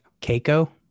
Keiko